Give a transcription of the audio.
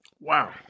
Wow